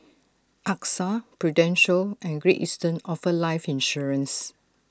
Axa prudential and great eastern offer life insurance